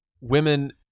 women